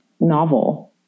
novel